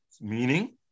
Meaning